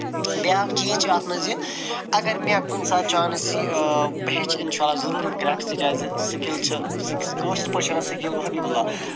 بیٛاکھ چیٖز چھِ اَتھ منٛز یہِ اَگر مےٚ کُنہِ ساتہٕ چانٕس یی بہٕ ہیٚچھٕ اِنشاء اللہ ضٔروٗر یِم کرٛافٹٕس تِکیٛازِ سِکِل چھِ کٲشٕر پٲٹھۍ چھِ سِکِل گوٚو حٔبیٖب اللہ